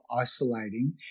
isolating